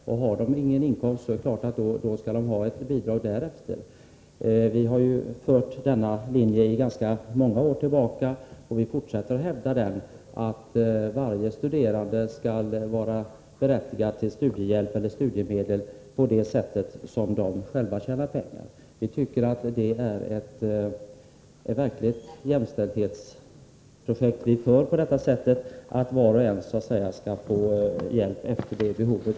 Om man ingen inkomst har, skall man självfallet ha ett bidrag därefter. Vi följer denna linje sedan ganska många år tillbaka, och vi fortsätter att hävda att varje studerande skall vara berättigad till studiehjälp eller studiemedel i förhållande till vad hon eller han tjänar. Vi tycker att det här är en verklig jämställdhetsangelägenhet. Var och en skall så att säga få hjälp efter sina behov.